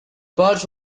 purse